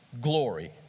glory